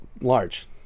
large